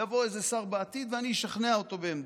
יבוא איזה שר בעתיד ואני אשכנע אותו בעמדתי,